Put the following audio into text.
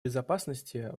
безопасности